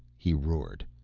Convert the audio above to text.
he roared.